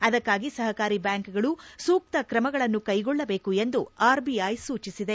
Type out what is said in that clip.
ಅದಕ್ಕಾಗಿ ಸಹಕಾರಿ ಬ್ಯಾಂಕುಗಳು ಸೂಕ್ತ ಕ್ರಮಗಳನ್ನು ಕೈಗೊಳ್ಳಬೇಕು ಎಂದು ಆರ್ಬಿಐ ಸೂಚಿಸಿದೆ